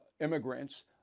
immigrants